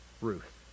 Ruth